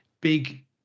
Big